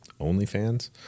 OnlyFans